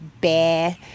bear